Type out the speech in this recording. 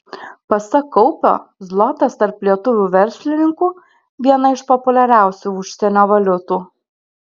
pasak kaupio zlotas tarp lietuvių verslininkų viena iš populiariausių užsienio valiutų